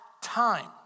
time